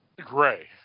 gray